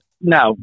No